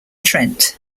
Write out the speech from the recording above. trent